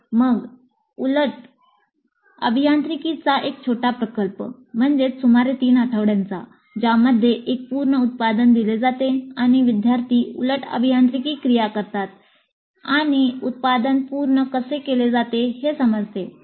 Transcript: मग उलट अभियांत्रिकीचा एक छोटा प्रकल्प सुमारे 3 आठवड्याचा ज्यामध्ये एक पूर्ण उत्पादन दिले जाते आणि विद्यार्थी उलट अभियांत्रिकी क्रिया करतात आणि उत्पादन पूर्ण कसे केले जाते हे समजते